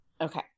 Okay